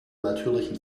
natürlichen